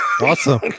Awesome